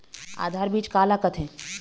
आधार बीज का ला कथें?